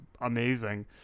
amazing